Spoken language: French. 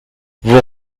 vous